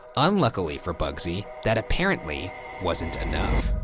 unluckily for bugsy, that apparently wasn't enough.